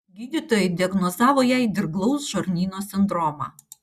gydytojai diagnozavo jai dirglaus žarnyno sindromą